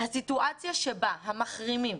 הסיטואציה בה המחרימים,